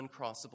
uncrossable